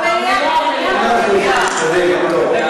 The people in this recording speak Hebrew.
טוב, מאה אחוז, קדימה.